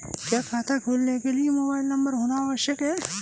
क्या खाता खोलने के लिए मोबाइल नंबर होना आवश्यक है?